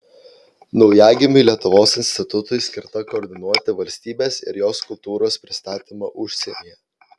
naujagimiui lietuvos institutui skirta koordinuoti valstybės ir jos kultūros pristatymą užsienyje